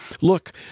Look